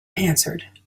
answered